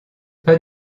pas